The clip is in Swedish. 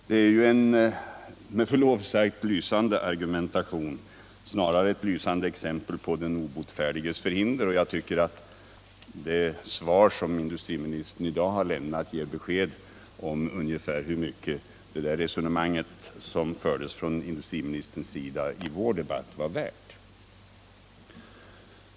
Det är ju med förlov sagt ett lysande exempel på den obotfärdiges förhinder. Jag tycker att industrinministerns svar i dag ger besked om ungefär hur mycket det resonemang som industriministern förde i vår debatt var värt.